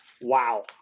Wow